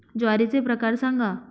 ज्वारीचे प्रकार सांगा